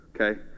Okay